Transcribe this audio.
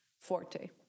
forte